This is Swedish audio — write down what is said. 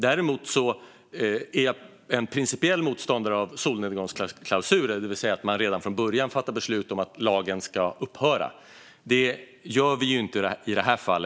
Däremot är jag principiellt en motståndare till solnedgångsklausuler, det vill säga att man redan från början fattar beslut om att lagen ska upphöra. Det gör vi inte i detta fall.